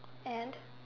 and